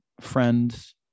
friends